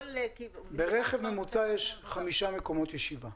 ברכב ממוצע יש חמישה מקומות ישיבה.